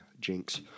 Jinx